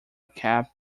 cap